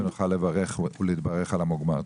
ונוכל לברך ולהתברך על המוגמר.